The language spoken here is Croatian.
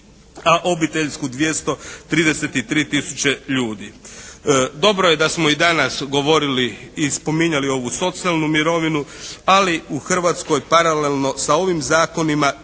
a obiteljsku 233000 ljudi. Dobro je da smo i danas govorili i spominjali ovu socijalnu mirovinu. Ali u Hrvatskoj paralelno sa ovim zakonima